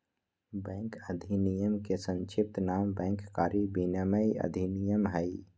bank अधिनयम के संक्षिप्त नाम बैंक कारी विनयमन अधिनयम हइ